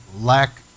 lack